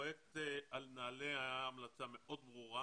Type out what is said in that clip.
על נעל"ה הייתה המלצה מאוד ברורה,